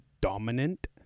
dominant